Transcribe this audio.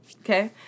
Okay